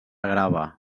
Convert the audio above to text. grava